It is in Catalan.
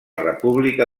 república